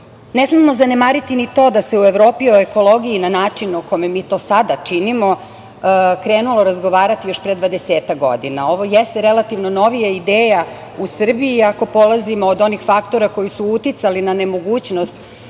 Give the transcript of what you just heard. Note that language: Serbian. smemo zanemariti ni to da se u Evropi o ekologiji na način o kome mi to sada činimo krenulo razgovarati još pre dvadesetak godina. Ovo jeste relativno novija ideja u Srbiji, ako polazimo od onih faktora koji su uticali na nemogućnost